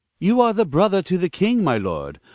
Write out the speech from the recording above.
you are the brother to the king, my lord,